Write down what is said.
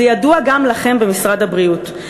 זה ידוע גם לכם, במשרד הבריאות.